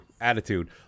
attitude